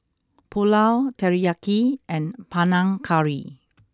Pulao Teriyaki and Panang Curry